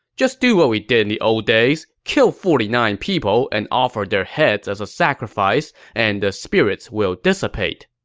just do what we did in the old days kill forty nine people and offer their heads as a sacrifice, and the spirits will dissipate.